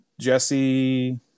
Jesse